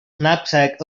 knapsack